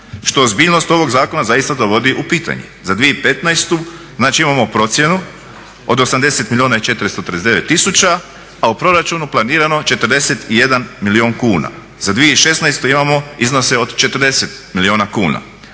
što ozbiljnost ovog zakona dovodi u pitanje. Za 2015.imamo procjenu od 80 milijuna 439 tisuća, a u proračunu planirano 41 milijun kuna. Za 2016.imamo iznose od 40 milijuna kuna.